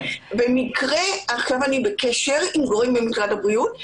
במקרה אני בקשר עכשיו עם גורמים במשרד הבריאות.